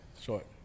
Short